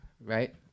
Right